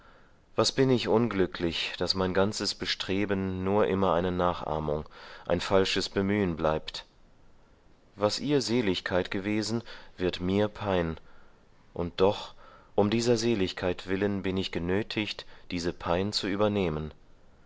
was bin ich unglücklich daß mein ganzes bestreben nur immer eine nachahmung ein falsches bemühen bleibt was ihr seligkeit gewesen wird mir pein und doch um dieser seligkeit willen bin ich genötigt diese pein zu übernehmen